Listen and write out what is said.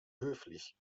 höflich